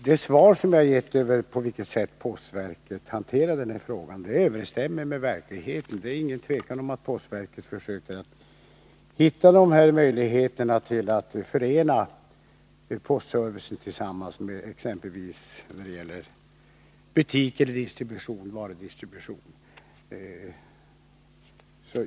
Herr talman! Det svar jag gett om postverkets hantering av denna fråga överensstämmer med verkligheten. Det är inget tvivel om att postverket försöker förena sin bedömning av postservicen med behovet av butiker och varudistribution.